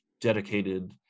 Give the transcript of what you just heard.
dedicated